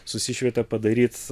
susišvietė padaryt